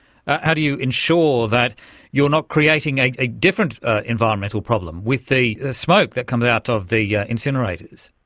how do you ensure that you're not creating a different environmental problem with the smoke that comes out of the yeah incinerators?